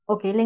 Okay